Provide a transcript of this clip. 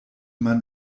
man